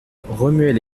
remuaient